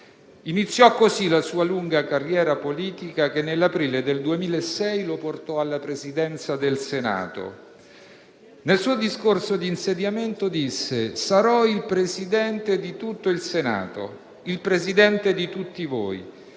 Iniziò così la sua lunga carriera politica che nell'aprile del 2006 lo portò alla Presidenza del Senato. Nel suo discorso di insediamento disse: «sarò il Presidente di tutto il Senato» (...) «il Presidente di tutti voi,